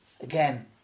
again